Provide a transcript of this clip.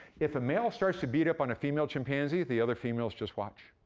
if a male starts to beat up on a female chimpanzee, the other females just watch.